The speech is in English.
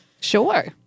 Sure